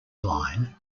line